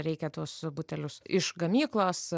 reikia tuos butelius iš gamyklos